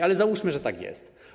Ale załóżmy, że tak jest.